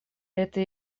это